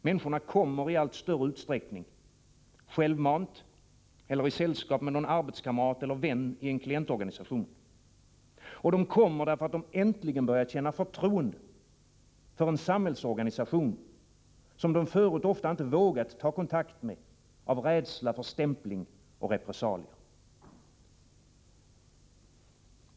Människorna kommer i allt större utsträckning — självmant eller i sällskap med någon arbetskamrat eller vän i en klientorganisation, och de kommer därför att de äntligen börjar känna förtroende för en samhällsorganisation som de förut ofta inte vågat ta kontakt med av rädsla för stämpling och repressalier.